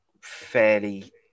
fairly